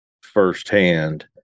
firsthand